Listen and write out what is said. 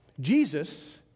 Jesus